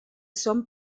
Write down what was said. son